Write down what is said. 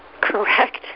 Correct